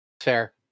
Fair